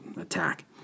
attack